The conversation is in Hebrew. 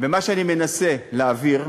ומה שאני מנסה להעביר,